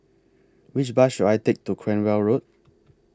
Which Bus should I Take to Cranwell Road